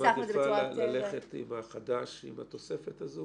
ניסחנו את זה בצורה יותר -- את מעדיפה ללכת עם החדש עם התוספת הזאת?